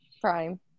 Prime